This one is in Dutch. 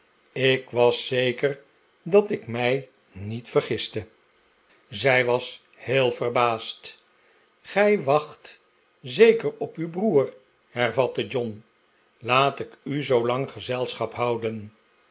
ik was zeker dat ik mij niet vergiste maarten chuzzlewit zij was heel verbaasd gij wacht zeker op uw broer hervatte john tf laat ik u zoolang gezelschap houden